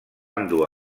endur